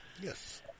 Yes